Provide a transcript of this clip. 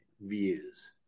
views